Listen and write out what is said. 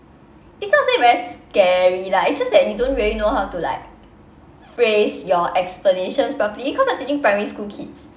it's not say very scary lah it's just that you don't really know how to like phrase your explanations properly because you're teaching primary school kids